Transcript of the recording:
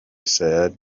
said